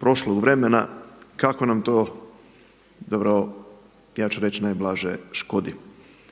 prošlog vremena kako nam to, zapravo, ja ću reći najblaže škodi.